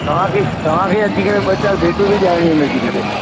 तव्हांखे तव्हांखे अची करे ॿ चारि भेंटूं बि गाइणियूं आहिनि अची करे